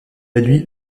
nuit